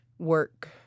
Work